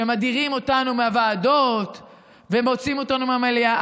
שמדירים אותנו מהוועדות ומוציאים אותנו מהמליאה,